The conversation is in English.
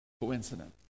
coincidence